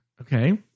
okay